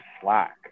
slack